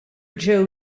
joe